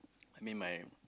I mean my